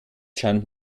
stand